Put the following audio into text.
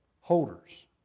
holders